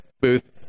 booth